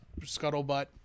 scuttlebutt